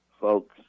folks